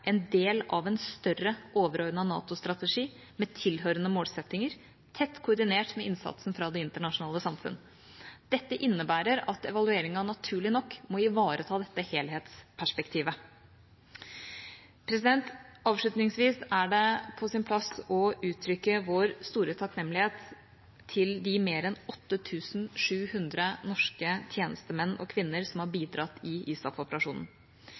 en del av en større overordnet NATO-strategi med tilhørende målsettinger, tett koordinert med innsatsen fra det internasjonale samfunnet. Dette innebærer at evalueringa naturlignok må ivareta dette helhetsperspektivet. Avslutningsvis er det på sin plass å uttrykke vår store takknemlighet til de mer enn 8 700 norske tjenestemenn og -kvinner som har bidratt i